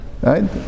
right